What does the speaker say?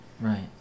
right